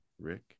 Rick